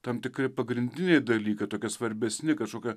tam tikri pagrindiniai dalykai tokie svarbesni kažkokia